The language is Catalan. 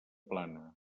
plana